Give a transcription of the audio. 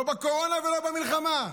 לא בקורונה ולא במלחמה.